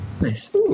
nice